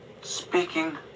speaking